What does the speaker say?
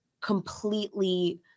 completely